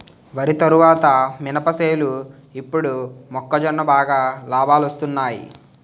వరి తరువాత మినప సేలు ఇప్పుడు మొక్కజొన్న బాగా లాబాలొస్తున్నయ్